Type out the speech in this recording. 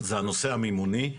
הנושא המימוני,